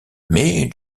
mais